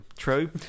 true